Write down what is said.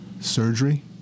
Surgery